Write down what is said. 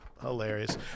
Hilarious